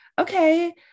okay